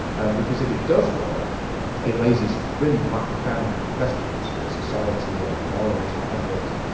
and because if it does work it raises really quite profound questions for society and morals and ethics,